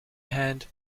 hand